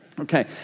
Okay